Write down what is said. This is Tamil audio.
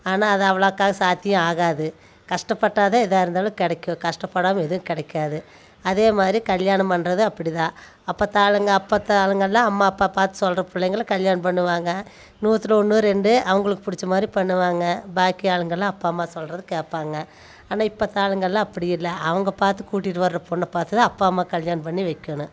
ஆனால் அது அவ்வளோக்கா சாத்தியம் ஆகாது கஷ்டப்பட்டால் தான் எதாக இருந்தாலும் கிடைக்கும் கஷ்டப்படாமல் எதுவும் கிடைக்காது அதே மாதிரி கல்யாணம் பண்ணுறது அப்படிதான் அப்பத்து ஆளுங்க அப்பத்து ஆளுங்கெல்லாம் அம்மா அப்பா பார்த்து சொல்கிற பிள்ளைங்கள கல்யாணம் பண்ணுவாங்க நூற்றுல ஒன்று ரெண்டு அவங்களுக்கு பிடிச்ச மாதிரி பண்ணுவாங்க பாக்கி ஆளுங்கெல்லாம் அப்பா அம்மா சொல்கிறத கேட்பாங்க ஆனால் இப்போ காலங்களில் அப்படி இல்லை அவங்க பார்த்து கூட்டிட்டு வர்ற பொண்ணை பார்த்து தான் அப்பா அம்மா கல்யாணம் பண்ணி வைக்கணும்